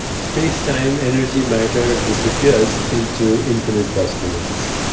space time, energy, matter, disappears into infinite possibilities.